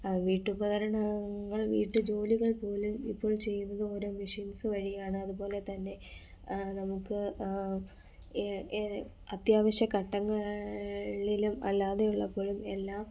വീട്ടുപകരണങ്ങൾ വീട്ട്ജോലികൾ പോലും ഇപ്പോൾ ചെയ്യുന്നത് ഓരോ മെഷീൻസ് വഴിയാണ് അതുപോലെ തന്നെ നമുക്ക് അത്യാവശ്യ ഘട്ടങ്ങളിലും അല്ലാതെയുള്ളപ്പോഴും എല്ലാം